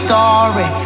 Story